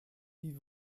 wie